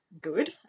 good